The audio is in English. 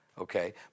okay